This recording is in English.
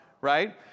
right